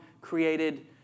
created